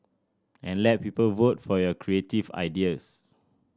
and let people vote for your creative ideas